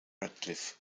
radcliffe